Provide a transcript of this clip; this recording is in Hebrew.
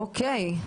אוקי.